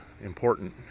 important